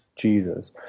Jesus